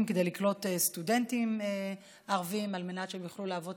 כדי לקלוט סטודנטים ערבים על מנת שיוכלו להוות